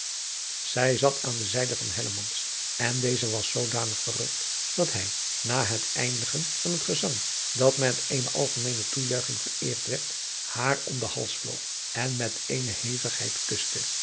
zij zat aan de zijde van hellemans en deze was zoodanig verrukt dat hij na het eindigen adriaan loosjes pzn het leven van hillegonda buisman van het gezang dat met eene algemeene toejuiching vereerd werd haar om den hals vloog en met eene hevigheid kuste